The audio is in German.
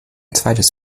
zweites